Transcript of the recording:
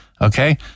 Okay